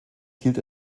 hielt